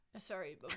sorry